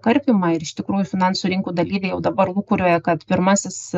karpymą ir iš tikrųjų finansų rinkų dalyviai jau dabar lūkuriuoja kad pirmasis